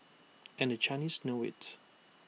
and the Chinese know IT